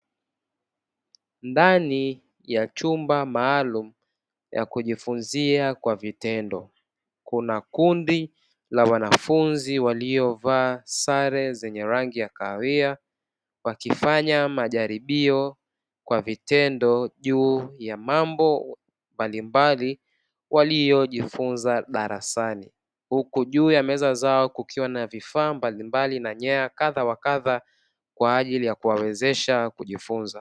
Ndani ya chumba maalumu ya kujifunzia kwa vitendo, kuna kundi la wanafunzi waliovaa sare zenye rangi ya kahawia wakifanya majaribio kwa vitendo juu ya mambo mbalimbali waliyojifunza darasanii. Huku juu ya meza zao kukiwa na vifaa mbalimbali na nyaya kadha wa kadha kwa ajili ya kuwawezesha kujifunza